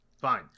Fine